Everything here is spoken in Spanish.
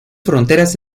fronteras